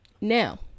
Now